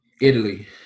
Italy